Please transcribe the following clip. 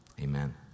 Amen